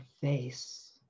face